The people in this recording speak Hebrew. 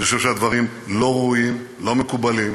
אני חושב שהדברים לא ראויים, לא מקובלים,